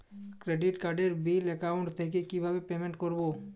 Credit কার্ডের bill account থেকে কিভাবে পেমেন্ট করবো?